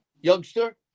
youngster